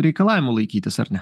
reikalavimų laikytis ar ne